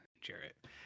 Jarrett